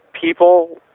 people